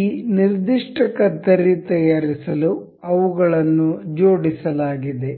ಈ ನಿರ್ದಿಷ್ಟ ಕತ್ತರಿ ತಯಾರಿಸಲು ಅವುಗಳನ್ನು ಜೋಡಿಸಲಾಗಿದೆ